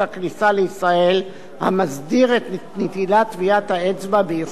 המסדיר את נטילת טביעות האצבע באיכות ביומטרית ממסתננים,